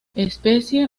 especie